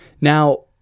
Now